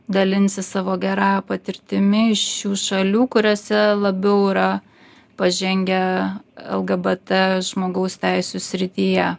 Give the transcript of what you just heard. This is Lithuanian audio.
dalinsis savo gerąja patirtimi iš šių šalių kuriose labiau yra pažengę lgbt žmogaus teisių srityje